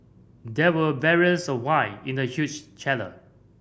there were barrels of wine in the huge cellar